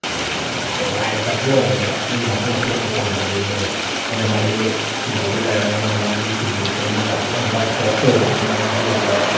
ꯂꯥꯏꯗ ꯀꯠꯊꯣꯛꯑꯅꯦꯕ ꯑꯗꯨꯒꯤ ꯃꯇꯨꯡꯗ ꯍꯤꯌꯥꯡꯁꯦ ꯇꯥꯟꯅꯗꯣꯏꯅꯦꯕ ꯃꯥꯒꯤ ꯃꯥꯒꯤ ꯍꯤꯗꯨꯗ ꯂꯩꯔꯒ ꯃꯥꯒꯤ ꯃꯥꯒꯤ ꯇꯤꯝꯗꯨ ꯁꯦꯝꯃꯒ ꯑꯍꯥꯟꯕ ꯐꯥꯔꯁ ꯊꯣꯛꯏꯕꯗꯨꯅ ꯃꯅꯥꯁꯨ ꯂꯩꯖꯔꯦ